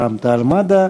רע"ם-תע"ל-מד"ע,